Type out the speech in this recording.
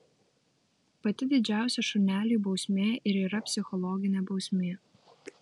pati didžiausia šuneliui bausmė ir yra psichologinė bausmė